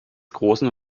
großen